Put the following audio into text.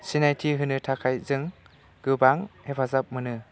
सिनायथि होनो थाखाय जों गोबां हेफाजाब मोनो